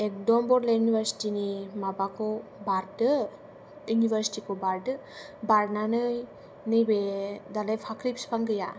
एखदम बड'लेण्ड इउनिभारसिटि नि माबाखौ बारदो इउनिभारसिटिखौ बारदो बारनानै नैबे दाालाय फाख्रि बिफां गैया